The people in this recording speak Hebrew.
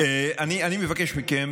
השר, אני מבקש מכם